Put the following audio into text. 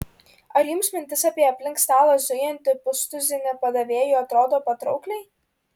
ar jums mintis apie aplink stalą zujantį pustuzinį padavėjų atrodo patraukliai